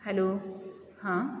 hello हां